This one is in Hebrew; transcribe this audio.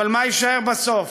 אבל מה יישאר בסוף?